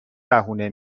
بهونه